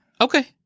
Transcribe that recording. Okay